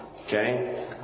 Okay